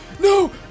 no